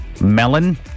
melon